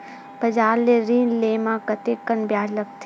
बजार ले ऋण ले म कतेकन ब्याज लगथे?